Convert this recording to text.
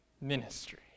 ministry